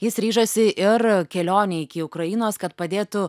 jis ryžosi ir kelionei iki ukrainos kad padėtų